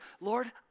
Lord